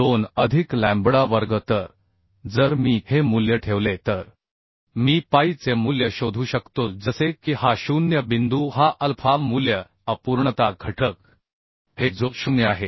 2 अधिक लॅम्बडा वर्ग तर जर मी हे मूल्य ठेवले तर मी पाईचे मूल्य शोधू शकतो जसे की हा 0 बिंदू हा अल्फा मूल्य अपूर्णता घटक आहे जो 0 आहे